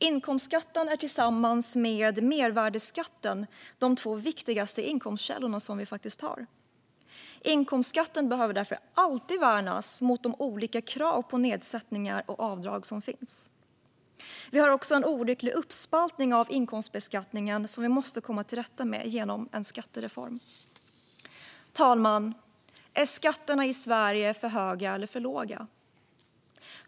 Inkomstskatten är tillsammans med mervärdesskatten de två viktigaste inkomstkällor vi har. Inkomstskatten behöver därför alltid värnas mot de olika krav på nedsättningar och avdrag som finns. Vi har också en olycklig uppspaltning av inkomstbeskattningen som vi måste komma till rätta med genom en skattereform. Fru talman! Är skatterna i Sverige för höga eller för låga?